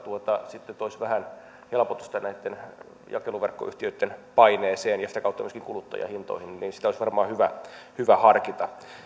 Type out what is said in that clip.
sitten toisi vähän helpotusta jakeluverkkoyhtiöitten paineeseen ja sitä kautta myöskin kuluttajahintoihin sitä olisi varmaan hyvä hyvä harkita